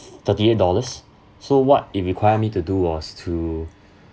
thirty eight dollars so what it require me to do was to